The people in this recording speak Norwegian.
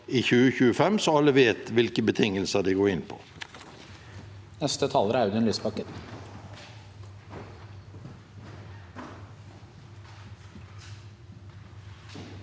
i 2025, slik at alle vet hvilke betingelser de går inn på.